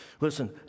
listen